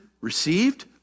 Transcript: received